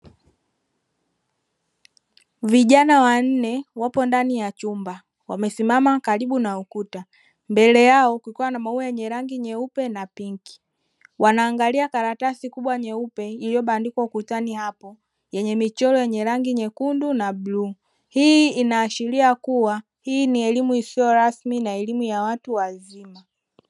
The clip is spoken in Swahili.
Vijana wanne wapo ndani ya chumba wamesimama karibu na ukuta mbele yao kukiwa na maua yenye rangi nyeupe na pinki wanaangalia karatasi kubwa nyeupe iliyobandikwa ukutani hapo yenye michoro yenye rangi nyekundu na bluu hii inaashiria kuwa hii ni elimu isiyo rasmi na elimu ya watu wazima.